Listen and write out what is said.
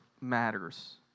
matters